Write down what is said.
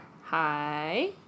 Hi